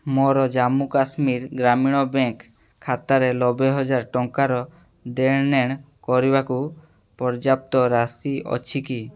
ମୋର ଜାମ୍ମୁ କାଶ୍ମୀର ଗ୍ରାମୀଣ ବ୍ୟାଙ୍କ୍ ଖାତାରେ ଲବେହଜାରେ ଟଙ୍କାର ଦେଣନେଣ କରିବାକୁ ପର୍ଯ୍ୟାପ୍ତ ରାଶି ଅଛି କି